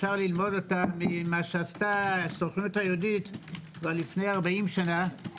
אפשר ללמוד אותה ממה שעשתה הסוכנות היהודית כבר לפני 40 שנה.